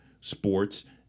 sports